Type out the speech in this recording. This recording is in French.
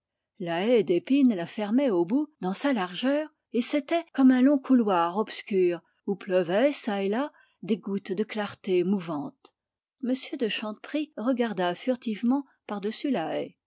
la haie d'épine la fermait au bout dans sa largeur et c'était comme un long couloir obscur où pleuvaient çà et là des gouttes de clarté mouvantes m de chanteprie regarda furtivement par-dessus la haie